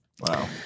Wow